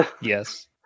Yes